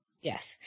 yes